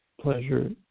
pleasure